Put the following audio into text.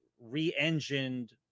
re-engined